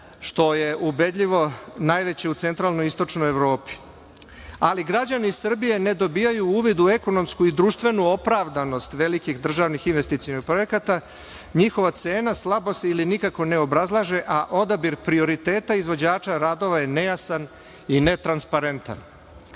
što je ubedljivo najveći u centralnoj i istočnoj Evropi. Ali, građani Srbije ne dobijaju uvid u ekonomsku i društvenu opravdanost velikih državnih investicionih projekata. Njihova cena, slabo se ili nikako neobrazlaže, a odabir prioriteta izvođača radova je nejasan i netransparentan.